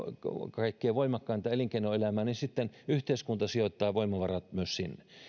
kaikkein voimakkainta elinkeinoelämää ja sitten myös yhteiskunta sijoittaa voimavarat sinne